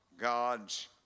God's